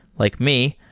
like me,